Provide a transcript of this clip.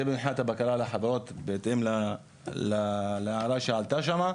זה מבחינת הבקרה על החברות בהתאם להערה שעלתה שם.